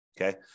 okay